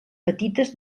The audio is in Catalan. petites